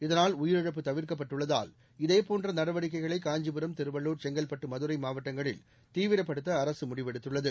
இதனால் உயிரிழப்பு தவிர்க்கப்பட்டுள்ளதால் இதேபோன்ற நடவடிக்கைகளை காஞ்சிபுரம் திருவள்ளூர் செங்கற்பட்டு மதுரை மாவட்டங்களில் தீவிரப்படுத்த அரசு முடிவெடுத்துள்ளது